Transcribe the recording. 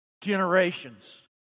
generations